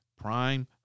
prime